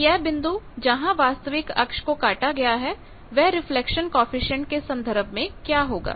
तो यह बिंदु जहां वास्तविक अक्ष को काटा गया है वह रिफ्लेक्शन कॉएफिशिएंट के संदर्भ में क्या होगा